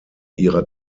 ihrer